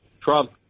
Trump